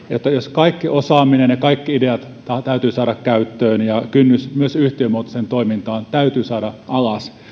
kaikki osaaminen ja kaikki ideat täytyy saada käyttöön ja kynnys myös yhtiömuotoiseen toimintaan täytyy saada alas